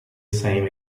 same